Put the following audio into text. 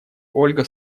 ольга